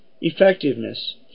effectiveness